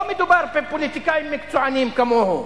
לא מדובר בפוליטיקאים מקצוענים כמוהו.